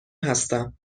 هستم